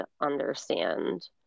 understand